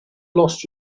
lost